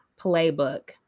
playbook